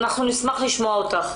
אנחנו נשמח לשמוע אותך.